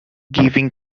giving